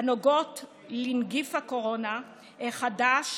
הנוגעות לנגיף הקורונה החדש,